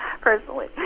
personally